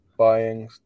Buying